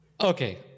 Okay